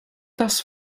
das